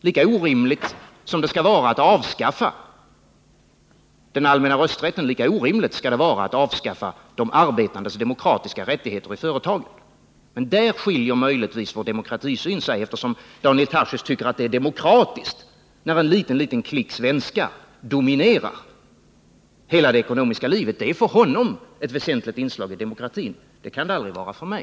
Lika orimligt som att avskaffa den allmänna rösträtten skall det vara att avskaffa de arbetandes demokratiska rättigheter i företagen. Men här skiljer sig möjligen vår demokratisyn, eftersom Daniel Tarschys tycker att det är demokratiskt när en liten, liten klick svenskar dominerar hela det ekonomiska livet. Det är för honom ett väsentligt inslag i demokratin. Det kan det aldrig vara för mig.